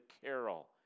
carol